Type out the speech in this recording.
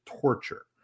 torture